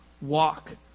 walk